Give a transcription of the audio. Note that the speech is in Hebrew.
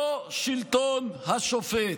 לא שלטון השופט.